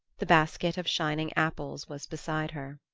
the basket of shining apples was beside her.